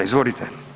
Izvolite.